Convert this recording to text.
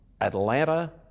Atlanta